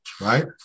right